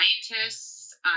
scientists